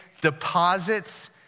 deposits